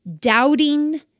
doubting